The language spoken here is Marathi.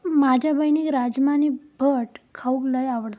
माझ्या बहिणीक राजमा आणि भट खाऊक लय आवडता